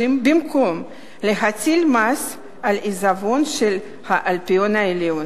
במקום להטיל מס על עיזבון של האלפיון העליון.